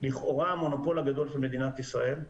לכאורה המונופול הגדול של מדינת ישראל,